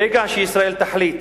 ברגע שישראל תחליט